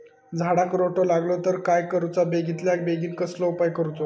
झाडाक रोटो लागलो तर काय करुचा बेगितल्या बेगीन कसलो उपाय करूचो?